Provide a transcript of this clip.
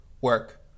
work